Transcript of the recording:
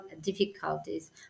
difficulties